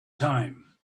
time